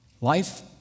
Life